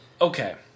Okay